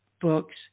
books